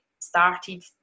started